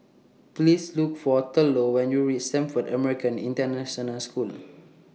Please Look For Thurlow when YOU REACH Stamford American International School